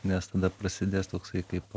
nes tada prasidės toksai kaip